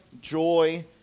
joy